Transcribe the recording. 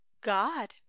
god